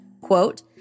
quote